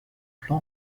plan